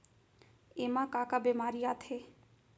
एमा का का बेमारी आथे?